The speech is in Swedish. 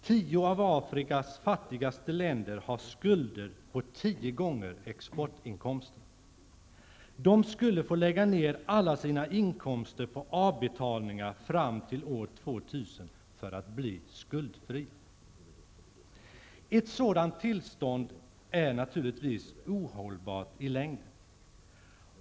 Tio av Afrikas fattigaste länder har skulder på tio gånger exportinkomsterna. De skulle få lägga ned alla sina inkomster på avbetalningar fram till år 2000 för att bli skuldfria. Ett sådant tillstånd är naturligtvis ohållbart i längden.